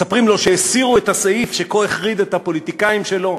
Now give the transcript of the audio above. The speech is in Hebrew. מספרים לו שהסירו את הסעיף שכה החריד את הפוליטיקאים שלו: